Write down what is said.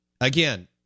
again